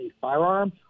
firearm